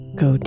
go